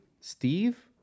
Steve